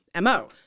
MO